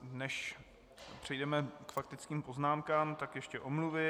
Než přejdeme k faktickým poznámkám, tak ještě omluvy.